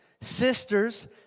sisters